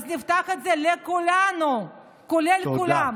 אז נפתח את זה לכולנו, כולל כולם.